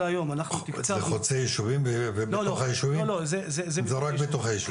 זה חוצה ישובים ובתוך הישובים או שזה רק בתוך הישובים?